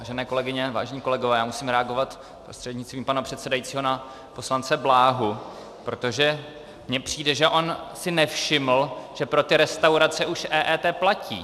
Vážené kolegyně, vážení kolegové, já musím reagovat prostřednictvím pana předsedajícího na poslance Bláhu, protože mě přijde, že on si nevšiml, že pro ty restaurace už EET platí.